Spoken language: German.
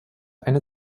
eine